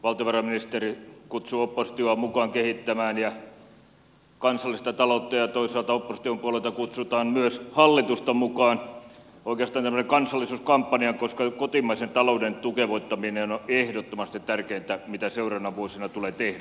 valtiovarainministeri kutsuu oppositiota mukaan kehittämään kansallista taloutta ja toisaalta opposition puolelta kutsutaan myös hallitusta mukaan oikeastaan tämmöiseen kansallisuuskampanjaan koska kotimaisen talouden tukevoittaminen on ehdottomasti tärkeintä mitä seuraavina vuosina tulee tehdä